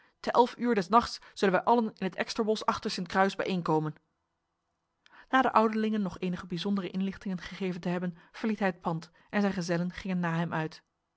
te elf uur des nachts zullen wij allen in het eksterbos achter st kruis bijeenkomen na de ouderlingen nog enige bijzondere inlichtingen gegeven te hebben verliet hij het pand en zijn gezellen gingen na hem uit